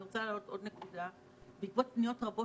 אני מקבלת פניות רבות